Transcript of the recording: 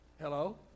Hello